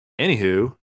anywho